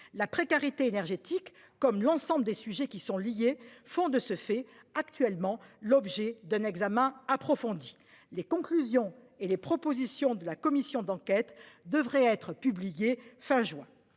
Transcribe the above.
La précarité énergétique comme l'ensemble des sujets qui sont liées, font de ce fait actuellement l'objet d'un examen approfondi les conclusions et les propositions de la commission d'enquête devrait être publié fin juin.